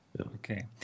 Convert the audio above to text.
Okay